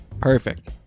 perfect